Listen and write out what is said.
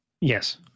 Yes